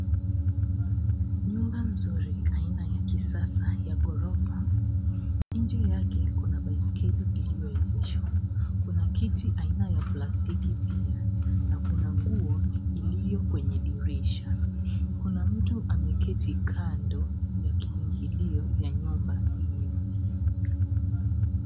Nyumba nzuri ya kisasa yenye ghorofa nyingi. Ndani kuna baiskeli iliyopangwa kwa mpangilio. Kuna kiti cha plastiki pia. Pia kuna nguo iliyowekwa kwenye dirisha. Mtu mmoja ameketi kando ya mlango wa kuingilia ndani ya nyumba hiyo.